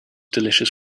delicious